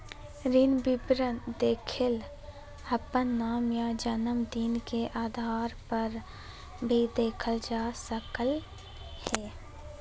ऋण विवरण देखेले अपन नाम या जनम दिन के आधारपर भी देखल जा सकलय हें